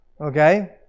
Okay